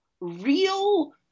Real